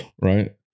right